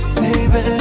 baby